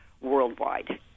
worldwide